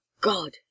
God